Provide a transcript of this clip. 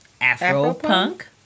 Afro-punk